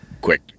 quick